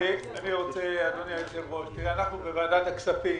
אדוני היושב-ראש, אנחנו בוועדת הכספים